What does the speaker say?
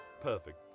perfect